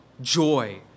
joy